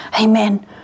Amen